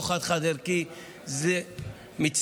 זה לא חד-חד-ערכי,